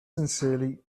sincerely